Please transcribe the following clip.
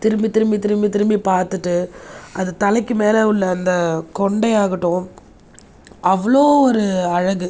திரும்பி திரும்பி திரும்பி திரும்பி பார்த்துட்டு அது தலைக்கு மேலே உள்ள அந்த கொண்டை ஆகட்டும் அவ்வளோ ஒரு அழகு